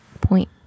point